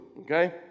okay